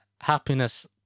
happiness